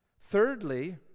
Thirdly